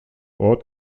ort